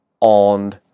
on